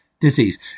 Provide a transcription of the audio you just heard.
disease